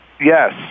Yes